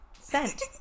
Scent